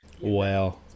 Wow